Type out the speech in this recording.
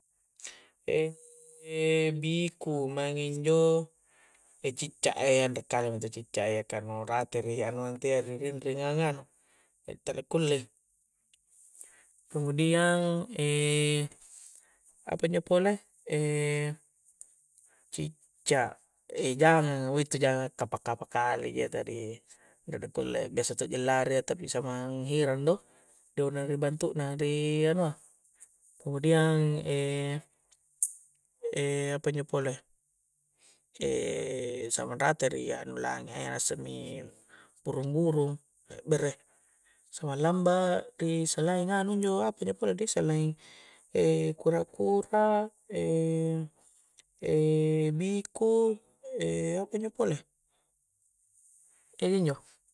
E' piku' mange' injo' e' cicca' e' ya anre kale intu' cicca' ya, kah nu rate' ri' anua intu' ya ri' benteng' nu anu tala kulle' kemudian, e' apa injo' pole e' cicca', e' jangang'a, intu' jangang'a kappa'-kappa' kaleji iya, jadi re' dekulle' biasa to' ji lari' ya tapi samang' hirang' do', do na mi bantu'na ri anua. kemudiang, e' e' apa injo' pole e' samang' rata ri' anu lange', nassemi burung-burung e'bbere'. sualamba' ri' selaing anu injo', apa injo' pole dih', selain e' kura-kura e' e' biku' e' apa injo' pole e' iya njo'